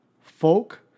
folk